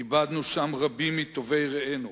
איבדנו שם רבים מטובי רעינו.